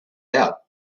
out